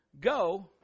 go